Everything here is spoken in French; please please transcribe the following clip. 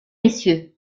messieurs